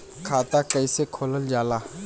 खाता कैसे खोलल जाला?